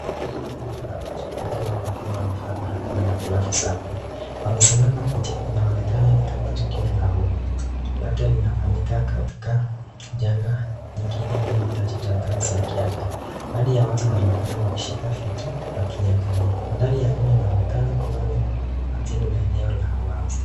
Hili ni kundi la watu. Wengi wao wakiwa wamevaa barakoa na glavu za buluu. Wamesimama nje , inaonekana ni kama tukio la umma labda linafanyika katika janga nyingine inayohitaji tahadhari za kiafya . Baadhi ya watu wanaonekana wakishika vitu wakiangalia . Mandhari ya nyuma inaonekana kuwa ni matiu la eneo la wazi.